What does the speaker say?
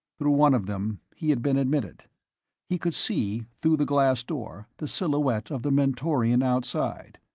through one of them, he had been admitted he could see, through the glass door, the silhouette of the mentorian outside.